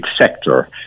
sector